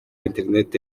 internet